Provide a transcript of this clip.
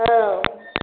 औ